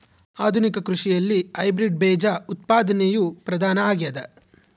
ಆಧುನಿಕ ಕೃಷಿಯಲ್ಲಿ ಹೈಬ್ರಿಡ್ ಬೇಜ ಉತ್ಪಾದನೆಯು ಪ್ರಧಾನ ಆಗ್ಯದ